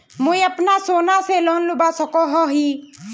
मुई अपना सोना से लोन लुबा सकोहो ही?